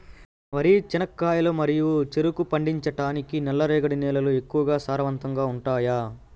వరి, చెనక్కాయలు మరియు చెరుకు పండించటానికి నల్లరేగడి నేలలు ఎక్కువగా సారవంతంగా ఉంటాయా?